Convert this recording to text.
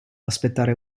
aspettare